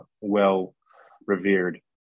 well-revered